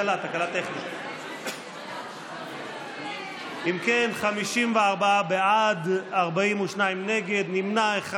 אם כן, 54 בעד, 42 נגד, נמנע אחד.